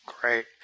Great